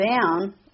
down